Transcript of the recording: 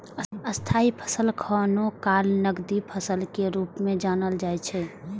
स्थायी फसल कखनो काल नकदी फसल के रूप मे जानल जाइ छै